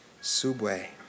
Subway